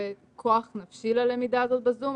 וכוח נפשי ללמידה הזאת בזום,